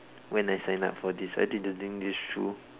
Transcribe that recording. when I signed up for this I didn't think this through